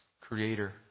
creator